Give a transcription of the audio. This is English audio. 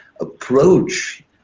approach